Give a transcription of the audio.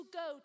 go